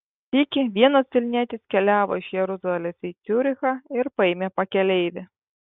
sykį vienas vilnietis keliavo iš jeruzalės į ciurichą ir paėmė pakeleivį